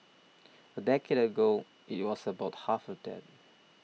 a decade ago it was about half of that